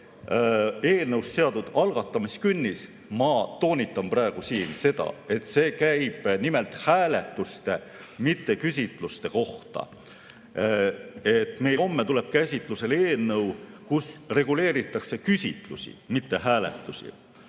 eelnõus seatud algatamiskünnis, ma toonitan praegu siin, käib nimelt hääletuste, mitte küsitluste kohta. Meil homme tuleb käsitlusele eelnõu, kus reguleeritakse küsitlusi, mitte hääletusi.